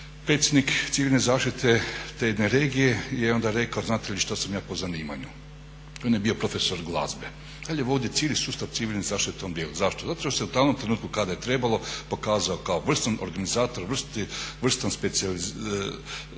predsjednik civilne zaštite te jedne regije je onda rekao znate li što sam ja po zanimanju. On je bio profesor glazbe, ali je vodio cijeli sustav civilne zaštite u tom dijelu. Zašto? Zato što se u …/Govornik se ne razumije./… kada je trebalo pokazao kao vrstan organizator, vrstan specijalizirani